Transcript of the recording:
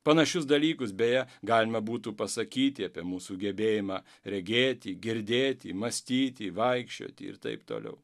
panašius dalykus beje galima būtų pasakyti apie mūsų gebėjimą regėti girdėti mąstyti vaikščioti ir taip toliau